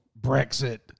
Brexit